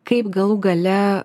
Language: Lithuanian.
kaip galų gale